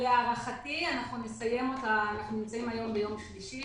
אנחנו נמצאים היום ביום שלישי.